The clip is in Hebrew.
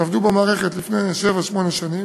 שעבדו במערכת לפני שבע-שמונה שנים,